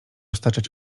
staczać